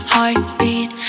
Heartbeat